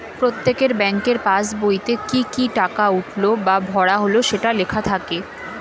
প্রত্যেকের ব্যাংকের পাসবইতে কি কি টাকা উঠলো বা ভরা হলো সেটা লেখা থাকে